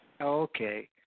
Okay